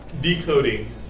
decoding